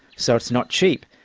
so it's not cheap,